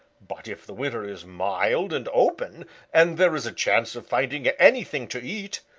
but if the winter is mild and open and there is a chance of finding anything to eat,